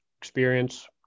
experience